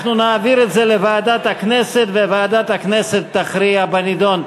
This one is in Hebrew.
אנחנו נעביר את זה לוועדת הכנסת וועדת הכנסת תכריע בנדון.